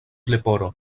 leporo